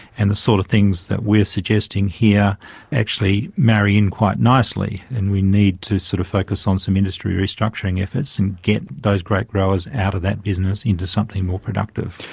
and the sort of things that we are suggesting here actually marry in quite nicely, and we need to sort of focus on some industry restructuring efforts and get those grape growers out of that business into something more productive.